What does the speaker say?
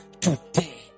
today